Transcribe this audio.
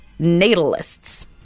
natalists